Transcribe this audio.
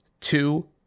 two